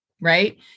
right